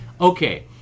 Okay